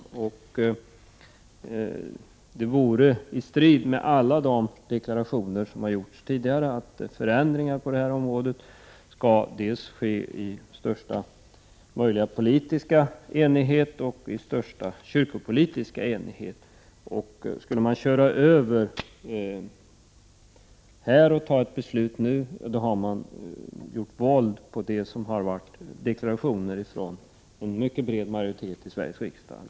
Att föregripa detta arbete vore i strid med alla de deklarationer som har gjorts tidigare, att förändringar på detta område skall ske i största möjliga politiska enighet och i största möjliga kyrkopolitiska enighet. Skulle man köra över denna utredning och nu fatta beslut, gjorde man våld på det som vid tidigare tillfällen uttalats i deklarationer från en mycket bred majoritet i Sveriges riksdag.